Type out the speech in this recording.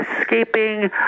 escaping